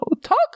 talk